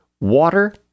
Water